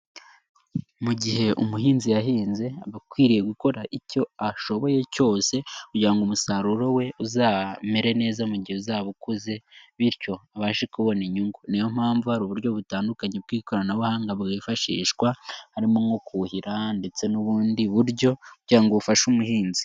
Mu gihe umuhinzi yahinze aba akwiriye gukora icyo ashoboye cyose kugira ngo umusaruro we uzamere neza mu gihe uzaba ukuze, bityo abashe kubona inyungu, niyo mpamvu hari uburyo butandukanye bw'ikoranabuhanga bwifashishwa, harimo nko kuhira ndetse n'ubundi buryo kugira ngo bufasha umuhinzi.